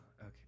okay